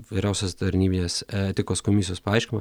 vyriausios tarnybinės etikos komisijos paaiškinimą